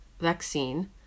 vaccine